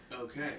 Okay